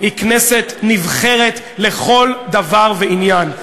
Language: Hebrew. היא כנסת נבחרת לכל דבר ועניין.